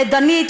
לדנית,